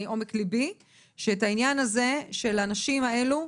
מעומק ליבי שאת העניין הזה של הנשים האלו.